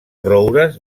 roures